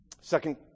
Second